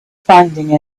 finding